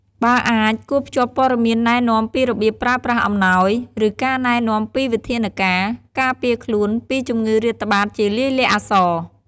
បើអាច គួរភ្ជាប់ព័ត៌មានណែនាំពីរបៀបប្រើប្រាស់អំណោយ ឬការណែនាំពីវិធានការការពារខ្លួនពីជំងឺរាតត្បាតជាលាយលក្ខណ៍អក្សរ។